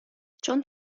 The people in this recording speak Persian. چون